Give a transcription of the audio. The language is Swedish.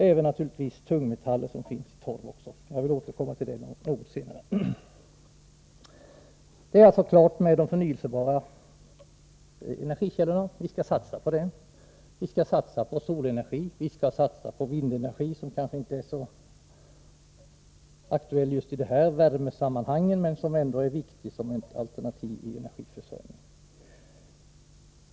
Även tungmetaller förekommer i torv. Jag skall återkomma till detta. Vi skall alltså satsa på de förnybara energikällorna. Vi skall satsa på solenergin och vindenergin, som kanske inte är så aktuell just i värmesammanhang men ändå är viktig såsom ett alternativ i energiförsörjningen.